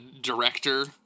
director